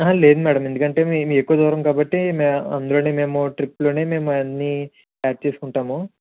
లేదు మ్యాడమ్ ఎందుకంటే మీ మీ ఎక్కువ దూరం కాబట్టి మే అందులోని మేము ట్రిప్పులోనే మేము అయన్ని యాడ్ చేసుకుంటాము